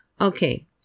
Okay